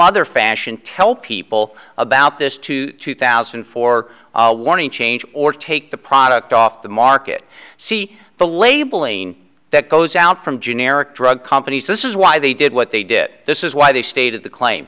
other fashion tell people about this to two thousand and four warning change or take the product off the market see the labeling that goes out from generic drug companies this is why they did what they did this is why they stayed at the claim